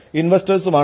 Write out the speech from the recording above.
investors